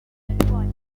natural